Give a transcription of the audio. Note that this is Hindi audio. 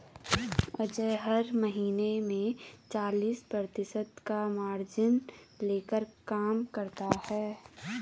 अजय हर महीने में चालीस प्रतिशत का मार्जिन लेकर काम करता है